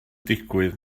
digwydd